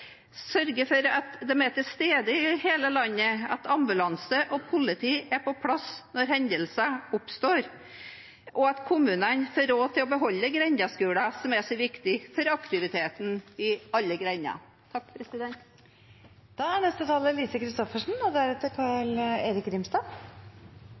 for at de er til stede i hele landet, at ambulanse og politi er på plass når hendelser oppstår, og at kommunene får råd til å beholde grendeskolene, som er så viktig for aktiviteten i alle grender. Statsminister Erna Solberg sa noe i sitt innlegg tidligere i dag som Arbeiderpartiet er